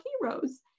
heroes